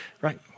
right